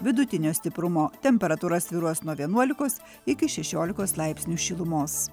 vidutinio stiprumo temperatūra svyruos nuo vienuolikos iki šešiolikos laipsnių šilumos